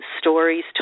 stories